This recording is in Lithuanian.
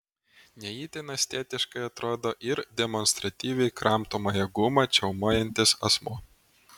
ne itin estetiškai atrodo ir demonstratyviai kramtomąją gumą čiaumojantis asmuo